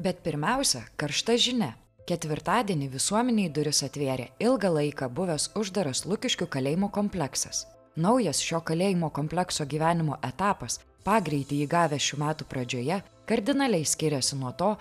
bet pirmiausia karšta žinia ketvirtadienį visuomenei duris atvėrė ilgą laiką buvęs uždaras lukiškių kalėjimo kompleksas naujas šio kalėjimo komplekso gyvenimo etapas pagreitį įgavęs šių metų pradžioje kardinaliai skiriasi nuo to